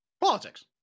Politics